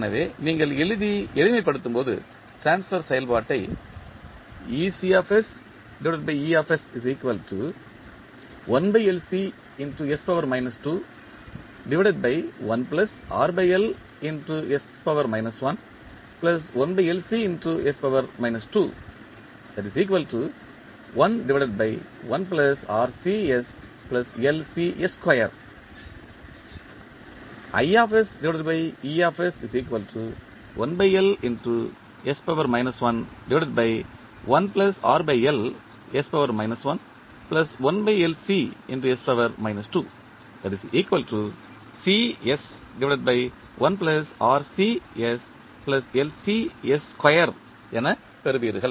எனவே நீங்கள் எழுதி எளிமைப்படுத்தும் போது ட்ரான்ஸ்பர் செயல்பாட்டை என பெறுவீர்கள்